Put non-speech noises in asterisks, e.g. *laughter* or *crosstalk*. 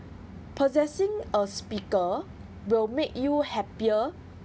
*breath* possessing a speaker will make you happier